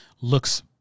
looks